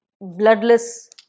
bloodless